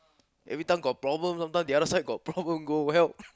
every time got problem sometime the other side got problem go well